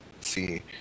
see